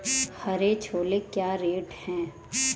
हरे छोले क्या रेट हैं?